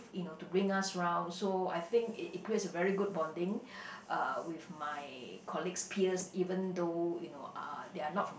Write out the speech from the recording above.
you know to bring us round so I think it it creates a very good bonding uh with my colleagues' peers even though you know uh they are not from like